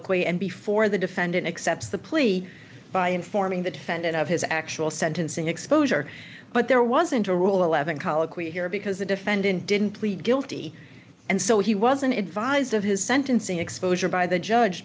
colloquy and before the defendant accepts the plea by informing the defendant of his actual sentencing exposure but there wasn't a rule eleven colloquy here because the defendant didn't plead guilty and so he wasn't advised of his sentencing exposure by the judge